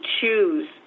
choose